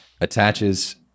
attaches